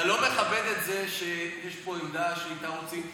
אתה לא מכבד את זה שיש פה עמדה שאיתה רוצים,